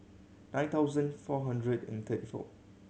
nine thousand four hundred and thirty four